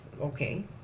okay